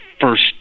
first